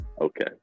Okay